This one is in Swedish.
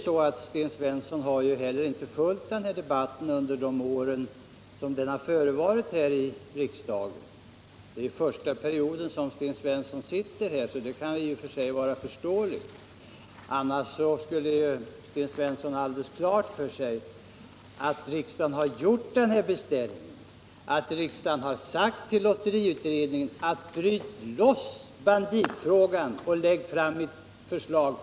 Men Sten Svensson har heller inte följt debatten i den här frågan under de år den har förevarit i riksdagen — det är ju Sten Svenssons första period i riksdagen, så det är ju i och för sig förståeligt — för annars skulle han ha haft alldeles klart för sig att riksdagen har gjort denna beställning och sagt till lotteriutredningen att bryta loss banditfrågan och skyndsamt lägga fram förslag.